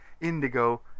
indigo